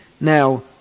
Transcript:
Now